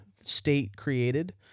State-created